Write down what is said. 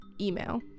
email